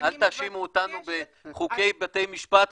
אל תאשימו אותנו בחוקי בתי משפט,